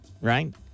right